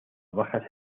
bajas